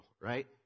right